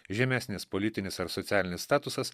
žemesnis politinis ar socialinis statusas